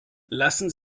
lassen